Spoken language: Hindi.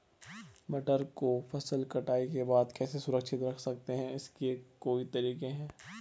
मटर को फसल कटाई के बाद कैसे सुरक्षित रख सकते हैं इसकी कोई तकनीक है?